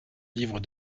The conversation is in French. livre